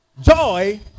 joy